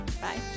bye